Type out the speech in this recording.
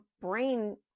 brain